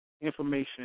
Information